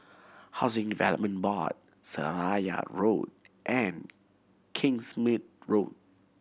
Housing Development Board Seraya Road and Kingsmead Road